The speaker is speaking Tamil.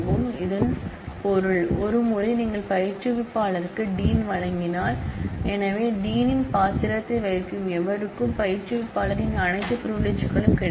எனவே இதன் பொருள் ஒரு முறை நீங்கள் பயிற்றுவிப்பாளருக்கு டீன் வழங்கினால் எனவே டீனின் பாத்திரத்தை வகிக்கும் எவருக்கும் பயிற்றுவிப்பாளரின் அனைத்து பிரிவிலிஜ்களும் கிடைக்கும்